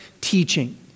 teaching